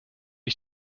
ich